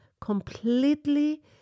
completely